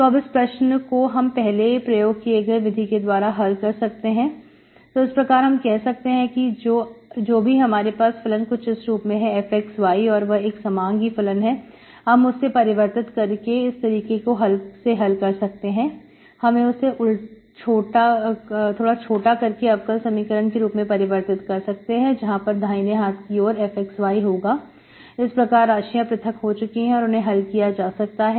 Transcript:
तो अब इस प्रश्न को हम पहले प्रयोग किए गए विधि के द्वारा हल कर सकते है तो इस प्रकार हम कह सकते हैं कि जो भी हमारे पास फलन कुछ इस रूप में है fxy और वह एक समांगी फलन है हम उससे परिवर्तित करके इस तरीके से हल कर सकते हैं हम उसे थोड़ा छोटा करके अवकल समीकरण के रूप में परिवर्तित कर सकते हैं जहां पर दाहिने हाथ की ओर fxy होगा इस प्रकार राशियां पृथक हो चुकी है और उन्हें हल किया जा सकता है